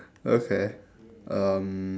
okay um